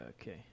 Okay